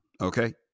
okay